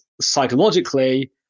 psychologically